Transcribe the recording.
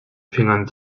fingern